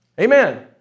Amen